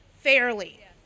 fairly